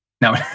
No